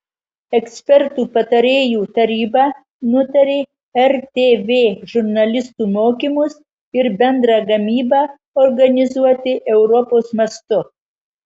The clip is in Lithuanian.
ekspertų patarėjų taryba nutarė rtv žurnalistų mokymus ir bendrą gamybą organizuoti europos mastu